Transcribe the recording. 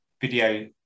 video